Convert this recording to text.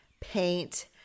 paint